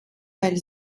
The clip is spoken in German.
weil